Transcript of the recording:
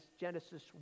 Genesis